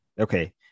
Okay